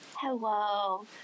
Hello